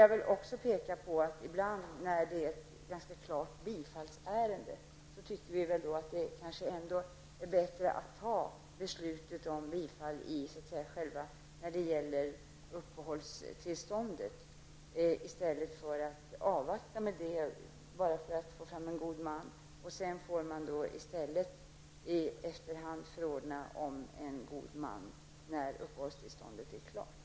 Jag vill också peka på att vi tycker att det i ganska klara bifallsärenden kanske ändå är bättre att fatta beslutet om bifall i samband med uppehållstillståndet än att avvakta med det bara för att få fram en god man. Då får man i stället förordna om en god man när uppehållstillståndet är klart.